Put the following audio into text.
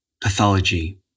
Pathology